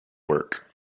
work